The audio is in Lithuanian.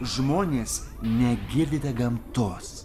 žmonės negirdite gamtos